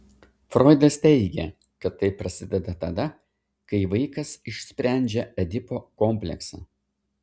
froidas teigė kad tai prasideda tada kai vaikas išsprendžia edipo kompleksą